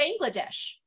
bangladesh